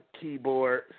keyboard